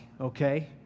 okay